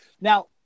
Now